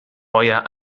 euer